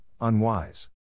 unwise